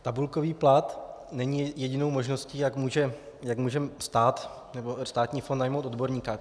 Tabulkový plat není jedinou možností, jak může stát nebo státní fond najmout odborníka.